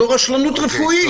זאת רשלנות רפואית.